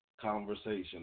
conversation